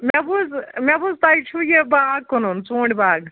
مےٚ بوٗز مےٚ بوٗز تۄہہِ چھُو یہِ باغ کٕنُن ژوٗنٛٹھۍ باغ